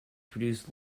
produced